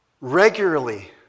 regularly